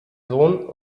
sohn